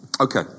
Okay